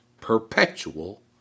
perpetual